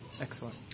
Excellent